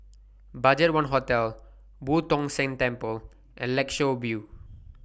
BudgetOne Hotel Boo Tong San Temple and Lakeshore View